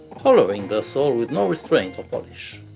hollering their soul with no restraint or polish.